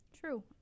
True